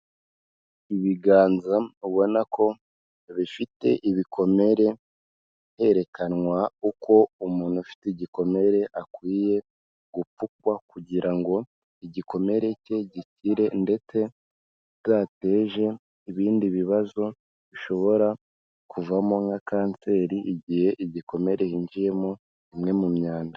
Ibiganza ubona ko bifite ibikomere, herekanwa uko umuntu ufite igikomere akwiye gupfukwa kugira ngo igikomere cye gikire ndetse bidateje ibindi bibazo, bishobora kuvamo nka Kanseri igihe igikomere hinjiyemo imwe mu myanda.